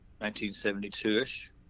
1972-ish